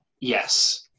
Yes